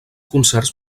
concerts